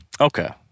Okay